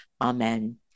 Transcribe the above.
Amen